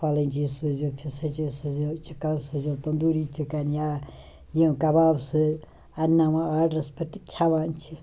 فلٲنۍ چیٖز سوٗزیٚو فِستٲنۍ چیٖز سوٗزیُو چِکَن سوٗزِیُو تُنٛدوٗری چِکَن یا یہِ کَباب سۄے اَنٛناوان آرڈَر پٮ۪ٹھ تہِ کھیٚوان چھِ